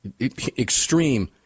extreme